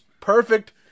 perfect